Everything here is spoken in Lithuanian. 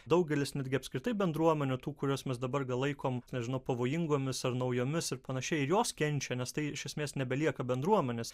daugelis netgi apskritai bendruomenių tų kurios mus dabar gal laikom nežinau pavojingomis ar naujomis ir panašiai ir jos kenčia nes tai iš esmės nebelieka bendruomenės